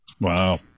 Wow